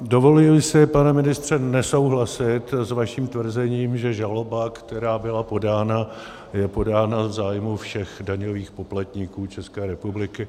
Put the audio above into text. Dovoluji si, pane ministře, nesouhlasit s vaším tvrzením, že žaloba, která byla podána, je podána v zájmu všech daňových poplatníků České republiky.